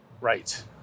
Right